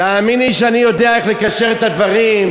תאמין לי שאני יודע איך לקשר את הדברים.